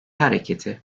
hareketi